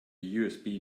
usb